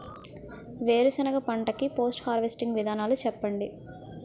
వేరుసెనగ పంట కి పోస్ట్ హార్వెస్టింగ్ విధానాలు చెప్పండీ?